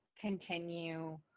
continue